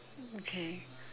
okay